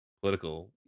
political